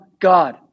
God